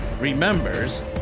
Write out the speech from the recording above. remembers